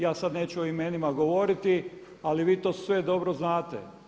Ja sada neću o imenima govoriti ali vi to sve dobro znate.